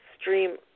stream